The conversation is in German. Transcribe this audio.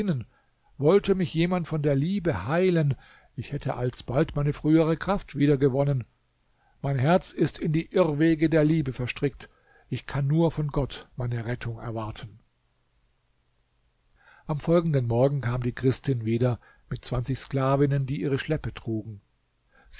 wollte mich jemand von der liebe heilen ich hätte alsbald meine frühere kraft wieder gewonnen mein herz ist in die irrwege der liebe verstrickt ich kann nur von gott meine rettung erwarten am folgenden morgen kam die christin wieder mit zwanzig sklavinnen die ihre schleppe trugen